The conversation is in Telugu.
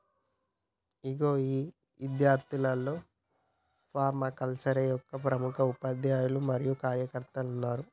ఇగో గా ఇద్యార్థుల్లో ఫర్మాకల్చరే యొక్క ప్రముఖ ఉపాధ్యాయులు మరియు కార్యకర్తలు ఉన్నారు